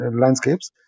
landscapes